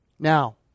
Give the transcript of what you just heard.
Now